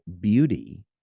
beauty